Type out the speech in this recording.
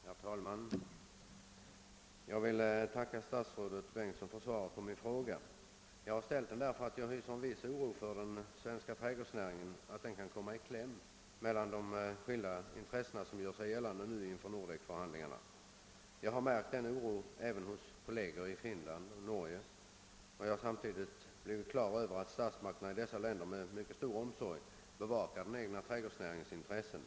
Herr talman! Jag ber att få tacka statsrådet Bengtsson för svaret på min fråga. Jag har ställt den därför att jag hyser en viss oro för att den svenska trädgårdsnäringen kan komma i kläm mellan de skilda intressen som gör sig gällande vid Nordekförhandlingarna. Samma oro har jag märkt hos kolleger i Finland och Norge, och jag har iakttagit att statsmakterna i dessa länder med mycket stor omsorg bevakar den egna trädgårdsnäringens intressen.